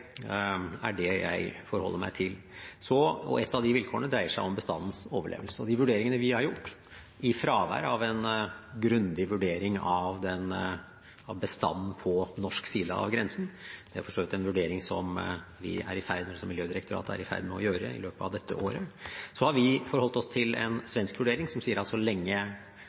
jeg forholder meg til. Et av de vilkårene dreier seg om bestandens overlevelse. De vurderingene vi har gjort i fravær av en grundig vurdering av bestanden på norsk side av grensen – det er for så vidt en vurdering som Miljødirektoratet er i ferd med å gjøre i løpet av dette året – er å forholde oss til en svensk vurdering som sier at så lenge